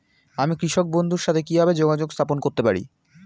আমি কৃষক বন্ধুর সাথে কিভাবে যোগাযোগ স্থাপন করতে পারি?